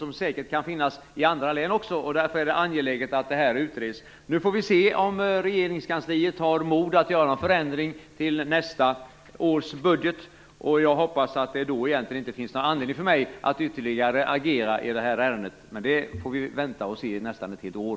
Samma orättvisa kan säkert finnas också i andra län. Därför är det angeläget att detta utreds. Vi får väl se om regeringskansliet har mod att göra någon förändring till nästa års budget. Jag hoppas att det då inte finns någon anledning för mig att ytterligare agera i det är ärendet, men det får vi väl se. Vi får ju vänta nästan ett helt år.